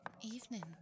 Evening